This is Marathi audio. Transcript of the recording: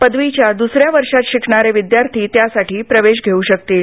पदवीच्या दुसऱ्या वर्षात शिकणारे विद्यार्थी त्यासाठी प्रवेश घेऊ शकतील